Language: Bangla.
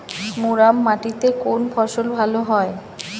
মুরাম মাটিতে কোন ফসল ভালো হয়?